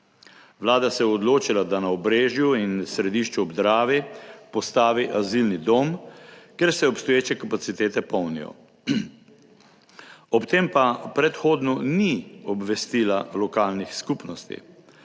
Vlada se je odločila, da na Obrežju in Središču ob Dravi postavi azilni dom, kjer se obstoječe kapacitete polnijo. Ob tem pa predhodno ni obvestila lokalnih skupnosti.